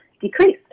decreased